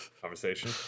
conversation